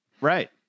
Right